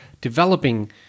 developing